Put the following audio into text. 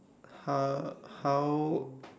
how how